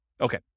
Okay